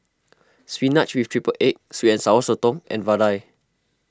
Spinach with Triple Egg Sweet and Sour Sotong and Vadai